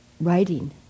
writing